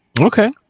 Okay